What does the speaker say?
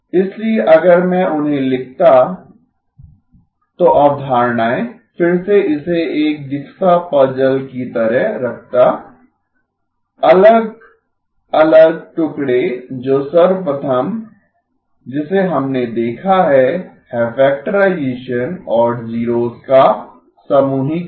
इसलिए अगर मैं उन्हें लिखता तो अवधारणाएं फिर से इसे एक जिग्सो पजल की तरह रखता अलग अलग टुकड़े जो सर्वप्रथम जिसे हमने देखा है है फैक्टराइजेसन और जीरोस का समूहीकरण